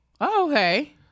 okay